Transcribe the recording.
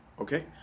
okay